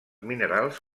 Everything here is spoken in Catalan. minerals